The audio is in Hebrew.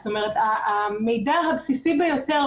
זאת אומרת המידע הבסיסי ביותר,